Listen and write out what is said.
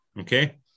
Okay